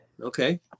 okay